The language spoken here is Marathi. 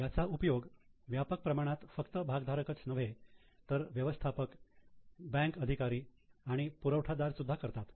याचा उपयोग व्यापक प्रमाणात फक्त भागधारकच नव्हे तर व्यवस्थापक बँक कर्मचारी आणि पुरवठा दार सुद्धा करतात